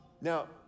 Now